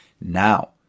now